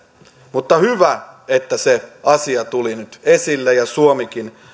mutta hyvä että se asia tuli nyt esille ja suomikin